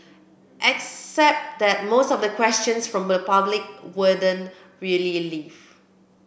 except that most of the questions from the public wouldn't really live